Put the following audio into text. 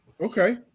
Okay